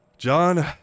John